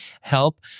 help